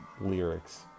lyrics